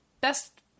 best